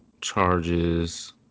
charges